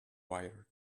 wire